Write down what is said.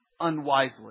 unwisely